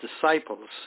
disciples